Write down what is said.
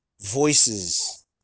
voices